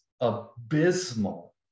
abysmal